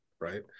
right